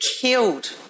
killed